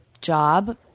job